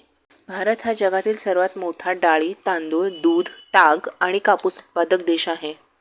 भारत हा जगातील सर्वात मोठा डाळी, तांदूळ, दूध, ताग आणि कापूस उत्पादक देश आहे